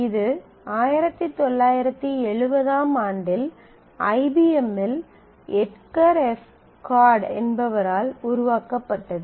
இது 1970 ஆம் ஆண்டில் ஐபிஎம்மில் எட்கர் எஃப் கோட் என்பவரால் உருவாக்கப்பட்டது